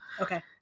Okay